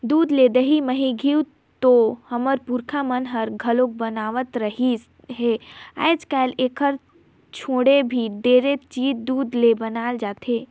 दूद ले दही, मही, घींव तो हमर पूरखा मन ह घलोक बनावत रिहिस हे, आयज कायल एखर छोड़े भी ढेरे चीज दूद ले बनाल जाथे